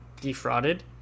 defrauded